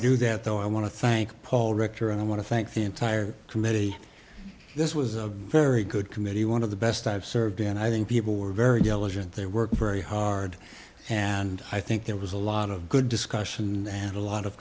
do that though i want to thank paul rector and i want to thank the entire committee this was a very good committee one of the best i've served and i think people were very diligent they worked very hard and i think there was a lot of good discussion and a lot of